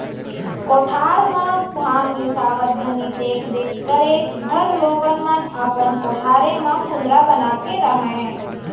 कोठार म धान मिंसावत घनी देख देख करे घर लोगन मन अपन कोठारे म कुंदरा बना के रहयँ